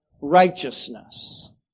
righteousness